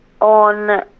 on